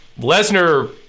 Lesnar